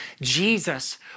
Jesus